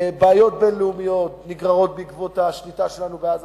בעיות בין-לאומיות נגררות בעקבות השליטה שלנו בעזה.